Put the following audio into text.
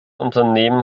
unternehmen